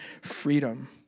freedom